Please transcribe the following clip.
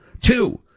Two